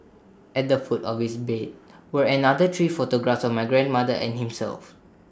at the foot of his bed were another three photographs of my grandmother and himself